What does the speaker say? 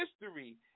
history